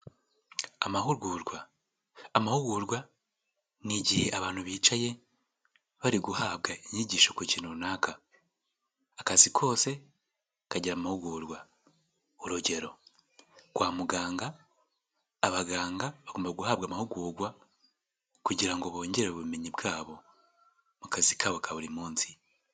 Amahugurwa, amahugurwa ni igihe abantu bicaye bari guhabwa inyigisho ku kintu runaka, akazi kose kagira amahugurwa, urugero kwa muganga abaganga bagomba guhabwa amahugurwa kugira ngo bongere ubumenyi bwa bo mu kazi ka bo ka buri munsi.